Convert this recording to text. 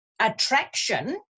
attraction